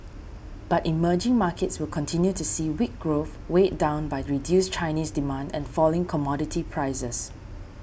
but emerging markets will continue to see weak growth weighed down by reduced Chinese demand and falling commodity prices